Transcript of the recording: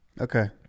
Okay